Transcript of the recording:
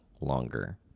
longer